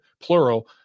plural